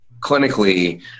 clinically